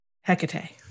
Hecate